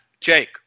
Jake